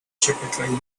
typically